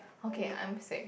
okay I'm sick